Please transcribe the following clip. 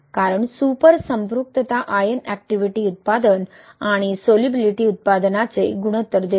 कारण सुपर संपृक्तता ion activity उत्पादन आणि सोल्युबीलीटी उत्पादनाचे गुणोत्तर देते